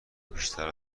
بیشتر